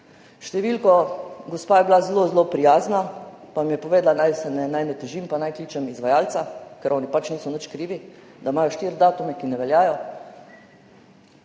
številko, gospa je bila zelo zelo prijazna pa mi je povedala, naj ne težim pa naj kličem izvajalca, ker oni pač niso nič krivi, da imajo štiri datume, ki ne veljajo.